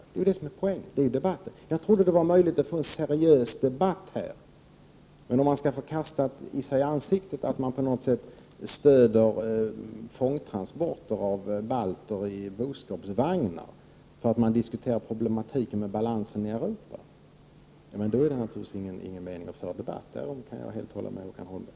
Det är det som är poängen. Jag trodde att det var möjligt att få en seriös debatt här, men om man skall få sig kastat i ansiktet att man stöder fångtransporter av balter i boskapsvagnar för att man diskuterar problematiken med balansen i Europa, då är det naturligtvis ingen mening att försöka föra en debatt. Därom kan jag hålla med Håkan Holmberg.